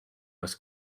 was